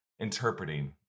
interpreting